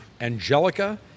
angelica